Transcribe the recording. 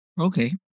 Okay